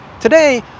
Today